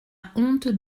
honte